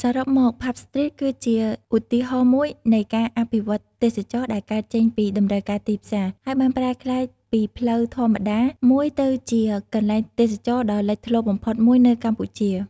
សរុបមក ផាប់ ស្ទ្រីត គឺជាឧទាហរណ៍មួយនៃការអភិវឌ្ឍន៍ទេសចរណ៍ដែលកើតចេញពីតម្រូវការទីផ្សារ ហើយបានប្រែក្លាយពីផ្លូវធម្មតាមួយទៅជាកន្លែងទេសចរណ៍ដ៏លេចធ្លោបំផុតមួយនៅកម្ពុជា។